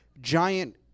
giant